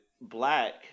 Black